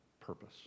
purpose